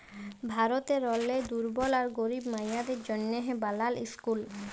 ভারতেরলে দুর্বল আর গরিব মাইয়াদের জ্যনহে বালাল ইসকুল